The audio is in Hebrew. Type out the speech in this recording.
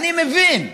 אני מבין.